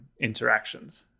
interactions